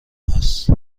هست